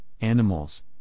animals